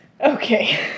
Okay